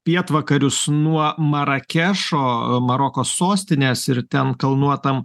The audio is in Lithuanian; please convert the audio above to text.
pietvakarius nuo marakešo maroko sostinės ir ten kalnuotam